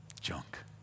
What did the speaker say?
Junk